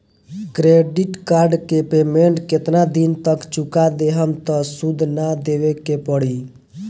Credit card के payment केतना दिन तक चुका देहम त सूद ना देवे के पड़ी?